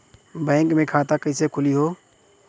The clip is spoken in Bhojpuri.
बैक मे खाता कईसे खुली हो?